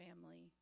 family